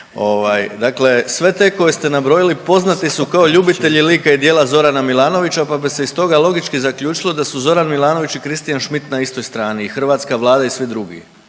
Dakle, sve te koje ste nabrojili poznati su kao ljubitelji lika i djela Zorana Milanovića, pa bi se iz toga logički zaključilo da su Zoran Milanović i Christian Schmidt na istoj strani i hrvatska Vlada i svi drugi.